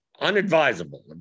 unadvisable